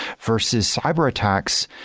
versus cyber-attacks,